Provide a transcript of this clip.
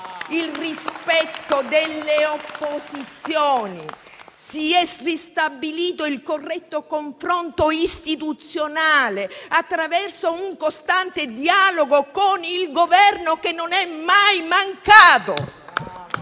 il rispetto delle opposizioni. Si è ristabilito il corretto confronto istituzionale attraverso un costante dialogo con il Governo che non è mai mancato